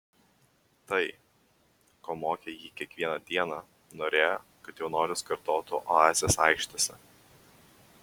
tai ko mokė jį kiekvieną dieną norėjo kad jaunuolis kartotų oazės aikštėse